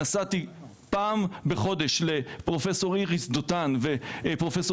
נסעתי פעם בחודש לפרופ' איריס דותן ופרופ'